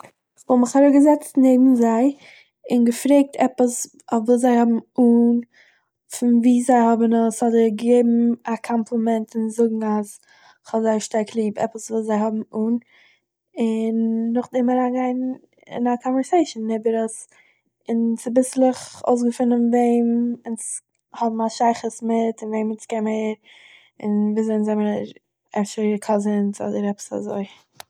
איך וואלט מיך אראפגעזעצט נעבן זיי און געפרעגט עפעס אויף וואס זיי האבן אן פון וואו זיי האבן עס אדער געגעבן א קאמפלימענט און זאגן אז איך האב זייער שטארק ליב עפעס וואס זיי האבן אן און נאכדעם אריינגיין אין א קאנווערסעישן איבער עס און צוביסלעך אויסגעפינען וועם אונז האבן א שייכות מיט און וועם אונז קענמיר און וואו אזוי אונז זענמער אפשר קאזינס אדער עפעס אזוי